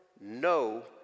no